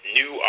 new